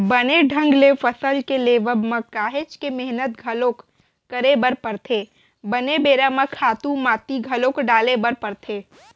बने ढंग ले फसल के लेवब म काहेच के मेहनत घलोक करे बर परथे, बने बेरा म खातू माटी घलोक डाले बर परथे